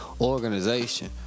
organization